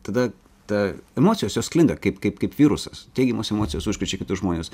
tada ta emocijos jis sklinda kaip kaip kaip virusas teigiamos emocijos užkrečia kitus žmones